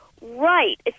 Right